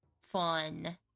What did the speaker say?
fun